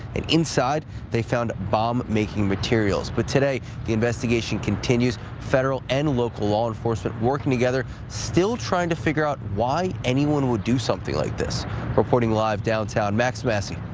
and inside they found bomb-making materials. but today, the investigation continues, federal and local law enforcement working together, still trying to figure out why anyone would do something like thi reporting live downtown, max massey,